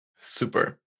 Super